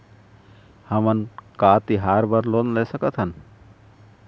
हमन का तिहार बर लोन ले सकथन?